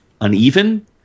uneven